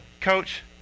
coach